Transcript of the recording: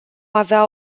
avea